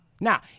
Now